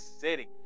city